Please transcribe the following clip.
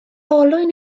olwyn